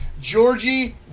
Georgie